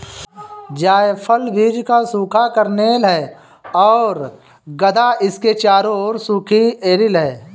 जायफल बीज का सूखा कर्नेल है और गदा इसके चारों ओर सूखी अरिल है